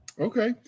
Okay